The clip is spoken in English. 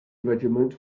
regiments